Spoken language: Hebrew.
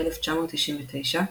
ב-1999.